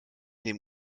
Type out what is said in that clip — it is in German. dem